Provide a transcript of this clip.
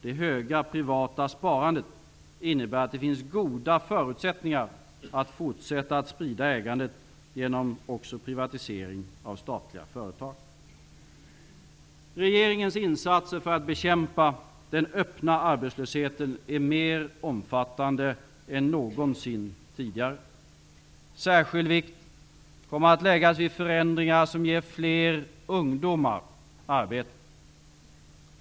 Det höga privata sparandet innebär att det finns goda förutsättningar att fortsätta att sprida ägandet genom privatisering av statliga företag. Regeringens insatser för att bekämpa den öppna arbetslösheten är mer omfattande än någonsin tidigare. Särskild vikt kommer att läggas vid förändringar som ger fler ungdomar arbete.